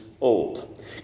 old